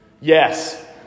Yes